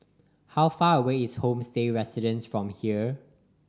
how far away is Homestay Residences from here